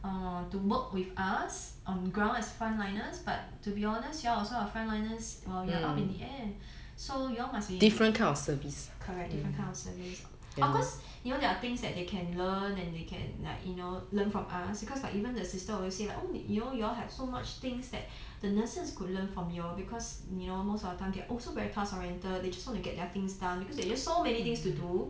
err to work with us on ground as frontliners but to be honest you all also are frontliners while you are up in the air so you all must be correct different kind of service of course you know there are things that they can learn and they can like you know learn from us because like even the sister always say like oh you know you all have so much things that the nurses could learn from you all because most of the time they are also very task oriented they just want to get their things done because there's just so many things to do